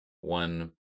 One